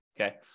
Okay